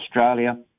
Australia